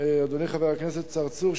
אדוני חבר הכנסת צרצור,